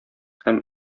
һәм